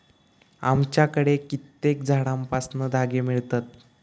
आमच्याकडे कित्येक झाडांपासना धागे मिळतत